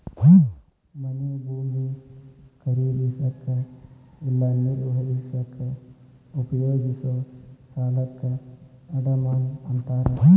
ಮನೆ ಭೂಮಿ ಖರೇದಿಸಕ ಇಲ್ಲಾ ನಿರ್ವಹಿಸಕ ಉಪಯೋಗಿಸೊ ಸಾಲಕ್ಕ ಅಡಮಾನ ಅಂತಾರ